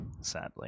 sadly